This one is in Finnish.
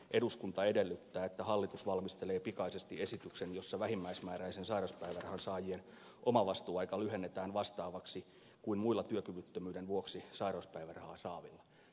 eduskunta edellyttää että hallitus valmistelee pikaisesti esityksen jossa vähimmäismääräisen sairauspäivärahan saajien omavastuuaika lyhennetään vastaavaksi kuin muilla työkyvyttömyyden vuoksi sairauspäivärahaa saavilla